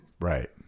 right